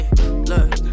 look